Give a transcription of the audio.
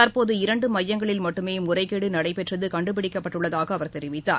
தற்போது இரண்டு மையங்களில் மட்டுமே முறைகேடு நடைபெற்றது கண்டுபிடிக்கப்பட்டுள்ளதாக அவர் தெரிவித்தார்